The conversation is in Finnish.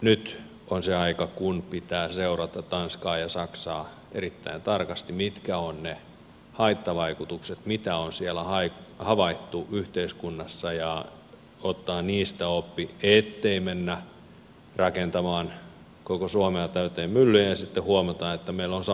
nyt on se aika että pitää seurata tanskaa ja saksaa erittäin tarkasti mitkä ovat ne haittavaikutukset mitä on siellä havaittu yhteiskunnassa ja ottaa niistä oppi ettei mennä rakentamaan koko suomea täyteen myllyjä ja sitten huomata että meillä on samat ongelmat